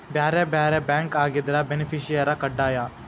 ಬ್ಯಾರೆ ಬ್ಯಾರೆ ಬ್ಯಾಂಕ್ ಆಗಿದ್ರ ಬೆನಿಫಿಸಿಯರ ಕಡ್ಡಾಯ